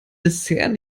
dessert